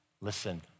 listen